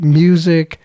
music